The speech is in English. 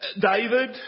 David